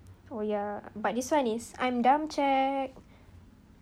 oh ya but this one is I'm dumb check